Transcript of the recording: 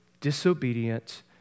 disobedient